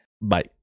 bye